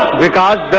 regard